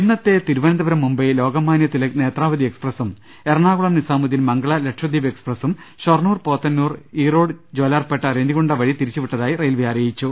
ഇന്നത്തെ തിരുവനന്തപുരം മുംബൈ ലോകമാനൃ തിലക് നേത്രാ വതി എക്സ്പ്രസും എറണാകുളം നിസ്സാമുദ്ദീൻ മംഗള ലക്ഷദ്വീപ് എക്സ്പ്രസും ഷൊർണൂർ പോത്തന്നൂർ ഈറോഡ് ജോലാർപേട്ട റെനിഗുണ്ട വഴി തിരിച്ചുവിട്ടതായി റെയിൽവെ അറിയിച്ചു